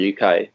UK